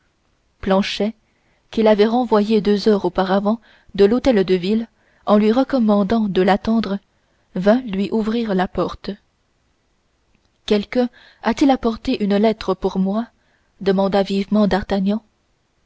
planchet qu'il avait renvoyé deux heures auparavant de l'hôtel de ville en lui recommandant de l'attendre vint lui ouvrir la porte quelqu'un a-t-il apporté une lettre pour moi demanda vivement d'artagnan